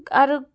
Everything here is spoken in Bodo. आरो